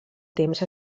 temps